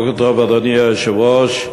אדוני היושב-ראש,